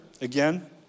again